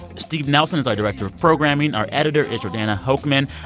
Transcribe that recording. steve nelson is our director of programming. our editor is jordana hochman.